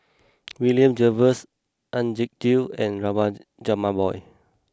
William Jervois Ajit Gill and Rajabali Jumabhoy